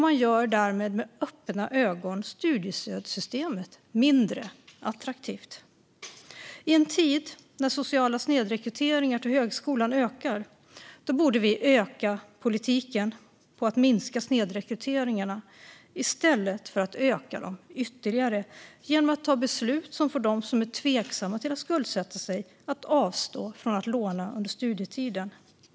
Man gör därmed, med öppna ögon, studiestödssystemet mindre attraktivt. I en tid när den sociala snedrekryteringen till högskolan ökar borde vi inrikta politiken på att minska snedrekryteringen i stället för att öka den ytterligare genom att ta beslut som får dem som är tveksamma till att skuldsätta sig att avstå från att låna under studietiden.